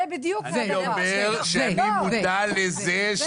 אני אומר שאני מודע לזה,